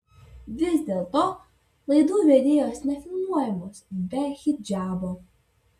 vis dėlto laidų vedėjos nefilmuojamos be hidžabo